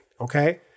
okay